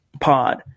pod